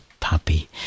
Puppy